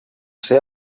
ser